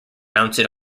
mounted